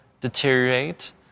deteriorate